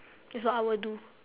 that's what I would do